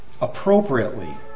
appropriately